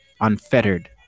unfettered